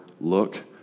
look